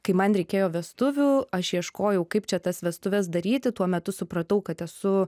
kai man reikėjo vestuvių aš ieškojau kaip čia tas vestuves daryti tuo metu supratau kad esu